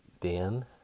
Dan